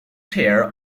chair